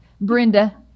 Brenda